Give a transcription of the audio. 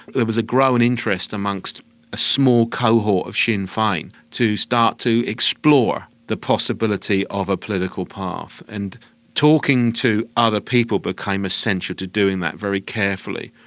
there was a growing interest amongst a small cohort of sinn fein to start to explore the possibility of a political path. and talking to other people became essential to doing that, very carefully.